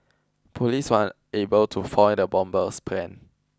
police were able to foil the bomber's plan